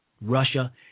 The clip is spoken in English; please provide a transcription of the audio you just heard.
Russia